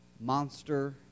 monster